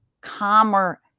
calmer